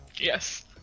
Yes